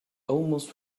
almost